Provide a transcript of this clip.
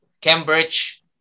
Cambridge